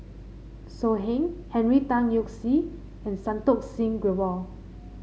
So Heng Henry Tan Yoke See and Santokh Singh Grewal